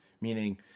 meaning